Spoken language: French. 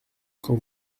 quand